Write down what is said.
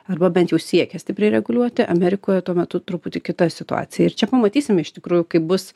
arba bent jų siekia stipriai reguliuoti amerikoje tuo metu truputi kita situacija ir čia pamatysime iš tikrųjų kaip bus